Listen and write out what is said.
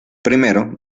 primero